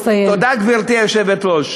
תודה, גברתי היושבת-ראש.